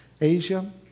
Asia